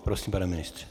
Prosím, pane ministře.